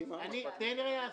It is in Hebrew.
תן לי להסביר.